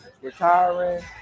retiring